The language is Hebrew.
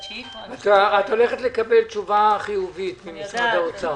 -- את הולכת לקבל תשובה חיובית ממשרד האוצר.